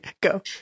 go